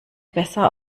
besser